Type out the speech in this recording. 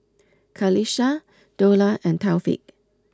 Qalisha Dollah and Taufik